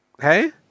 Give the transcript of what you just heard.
hey